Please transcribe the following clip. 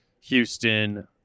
Houston